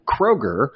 Kroger